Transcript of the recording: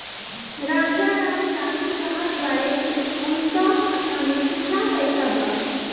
राजाराम जानल चाहत बड़े की उनका खाता में कितना पैसा बा?